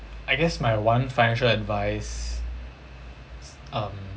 I guess my one financial advice um